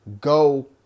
Go